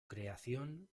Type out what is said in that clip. creación